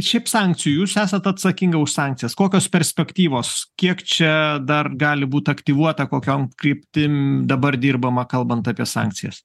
šiaip sankcijų jūs esat atsakinga už sankcijas kokios perspektyvos kiek čia dar gali būt aktyvuota kokiom kryptim dabar dirbama kalbant apie sankcijas